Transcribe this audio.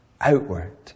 outward